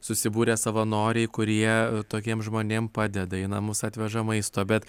susibūrę savanoriai kurie tokiem žmonėm padeda į namus atveža maisto bet